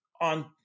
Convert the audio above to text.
on